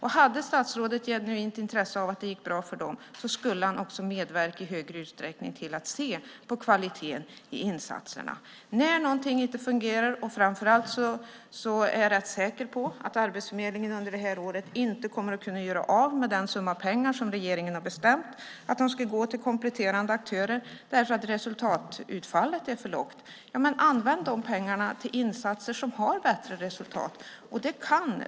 Hade statsrådet ett genuint intresse av att det gick bra för dem skulle han också i högre utsträckning medverka till att se på kvaliteten på insatserna. När någonting inte fungerar är jag rätt säker på att Arbetsförmedlingen under det här året inte kommer att göra av med den summa pengar som regeringen har bestämt skulle gå till kompletterande aktörer, eftersom resultatutfallet är för lågt. Använd de pengarna till insatser som har bättre resultat!